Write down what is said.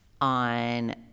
on